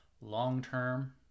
long-term